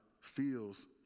feels